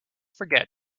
forget